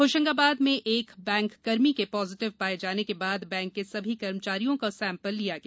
होशंगाबाद में एक बैंककर्मी के पॉजिटिव पाए जाने के बाद बैंक के सभी कर्मचारियों का सेंपल लिया गया